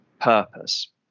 purpose